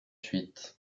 huit